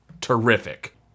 terrific